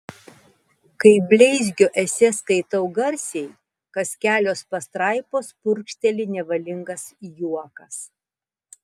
kai bleizgio esė skaitau garsiai kas kelios pastraipos purkšteli nevalingas juokas